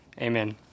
Amen